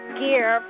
gear